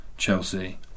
Chelsea